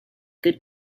good